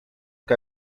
que